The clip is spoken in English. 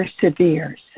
perseveres